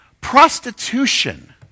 prostitution